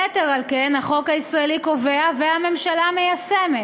יתר על כן, החוק הישראלי קובע, והממשלה מיישמת,